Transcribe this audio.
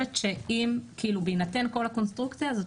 בהינתן כל הקונסטרוקציה הזאת,